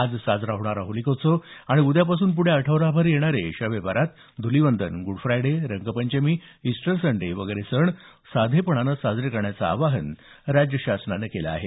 आज साजरा होणारा होलिकोत्सव आणि उद्यापासून पुढे आठवडाभर येणारे Shab e Barat Dhulivandan Good Friday Rangpanchami Easter Sunday वगैरे सण साधेपणानं साजरे करण्याचं आवाहन राज्य शासनानं केलं आहे